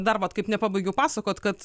dar vat kaip nepabaigiau pasakot kad